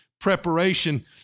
preparation